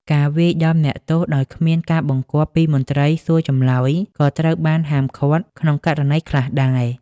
ការវាយដំអ្នកទោសដោយគ្មានការបង្គាប់ពីមន្ត្រីសួរចម្លើយ ក៏ត្រូវបានហាមឃាត់ក្នុងករណីខ្លះដែរ។